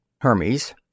Hermes